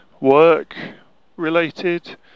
work-related